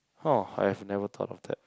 oh I have never thought of that